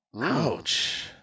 Ouch